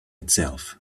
itself